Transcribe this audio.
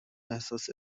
احساس